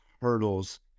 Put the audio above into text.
hurdles